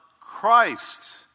Christ